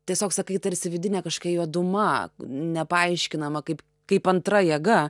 tiesiog sakai tarsi vidinė kaškai juoduma nepaaiškinama kaip kaip antra jėga